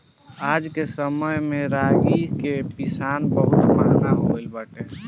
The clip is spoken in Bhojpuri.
आजके समय में रागी के पिसान बहुते महंग हो गइल बाटे